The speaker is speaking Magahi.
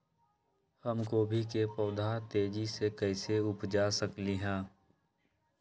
हम गोभी के पौधा तेजी से कैसे उपजा सकली ह?